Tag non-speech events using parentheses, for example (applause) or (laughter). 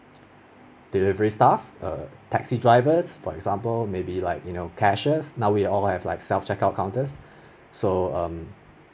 delivery err delivery stuff err taxi drivers for example maybe like you know cashiers now we all have like self check-out counters (breath) so um